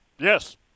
Yes